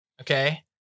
okay